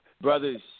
brothers